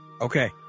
Okay